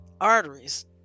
arteries